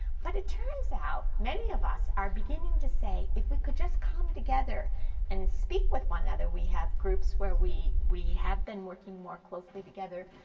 but it turns out many of us are beginning to say if we could just come together and speak with one another, we have groups where we we have been working more closely together,